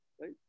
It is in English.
right